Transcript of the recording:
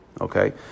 Okay